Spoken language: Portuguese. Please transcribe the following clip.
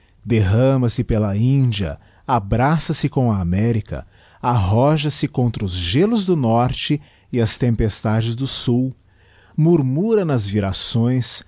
derrama se pela índia abraça se com a america arroja se contra os gelos do norte e as tempestades do sul murmura nas virações